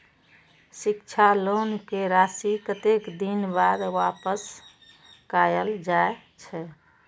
शिक्षा लोन के राशी कतेक दिन बाद वापस कायल जाय छै?